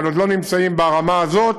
אבל עוד לא נמצאים ברמה הזאת,